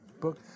book